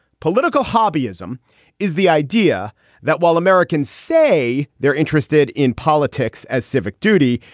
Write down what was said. political hobby ism is the idea that while americans say they're interested in politics as civic duty,